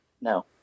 No